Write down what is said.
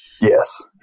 Yes